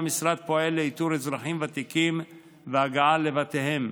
המשרד פועל לאיתור אזרחים ותיקים ולהגעה לבתיהם.